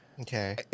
Okay